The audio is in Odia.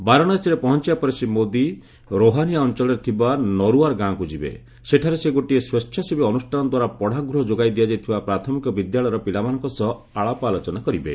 ବାରାଣାସୀରେ ପହଞ୍ଚିବା ପରେ ଶ୍ରୀ ମୋଦି ରୋହାନିଆ ଅଞ୍ଚଳରେ ଥିବା ନରୁଆର୍ ଗାଁକୁ ଯିବେ ସେଠାରେ ସେ ଗୋଟିଏ ସ୍ୱଚ୍ଛାସେବୀ ଅନୁଷ୍ଠାନ ଦ୍ୱାରା ପଢ଼ା ଗୃହ ଯୋଗାଇ ଦିଆଯାଇଥିବା ପ୍ରାଥମିକ ବିଦ୍ୟାଳୟର ପିଲାମାନଙ୍କ ସହ ଆଳାପ ଆଲୋଚନା କରିବେ